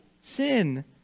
sin